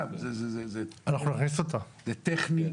זה טכני.